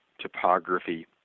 topography